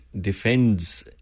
defends